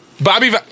Bobby